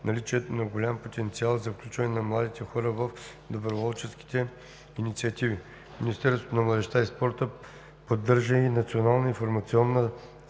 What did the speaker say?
наличието на голям потенциал за включване на младите хора в доброволчески инициативи. Министерството на младежта и спорта поддържа и Национална информационна